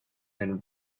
than